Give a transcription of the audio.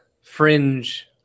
fringe